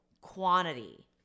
quantity